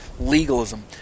legalism